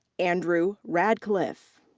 andrew radcliffe.